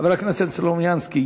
חבר הכנסת סלומינסקי,